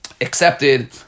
accepted